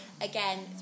again